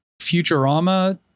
futurama